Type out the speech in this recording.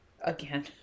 again